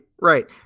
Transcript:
Right